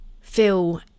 feel